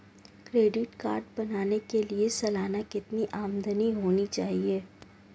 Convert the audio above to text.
Credit card बनाने के लिए सालाना कितनी आमदनी होनी चाहिए?